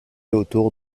autour